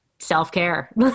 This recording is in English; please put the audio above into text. self-care